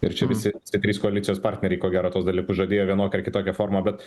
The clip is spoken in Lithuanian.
ir čia visi trys koalicijos partneriai ko gero tuos dalykus žadėjo vienokia ar kitokia forma bet